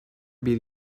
bir